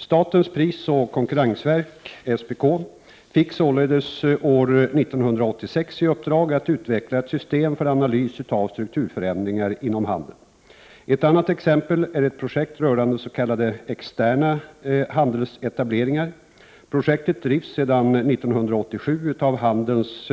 Statens prisoch konkurrensverk fick således år 1986 i uppdrag att utveckla ett system för analys av strukturförändringar inom handeln. Ett annat exempel är ett projekt rörande s.k. externa handelsetableringar. Projektet drivs sedan år 1987 av Handelns